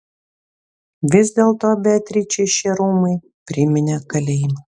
vis dėlto beatričei šie rūmai priminė kalėjimą